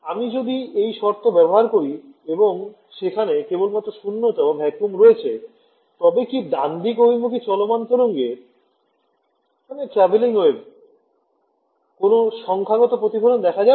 আমি যদি এই শর্ত ব্যবহার করি এবং সেখানে কেবলমাত্র শূন্যতা রয়েছে তবে কি ডানদিক অভিমুখী চলমান তরঙ্গের কোন সংখ্যাগত প্রতিফলন দেখা যাবে